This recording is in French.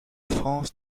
france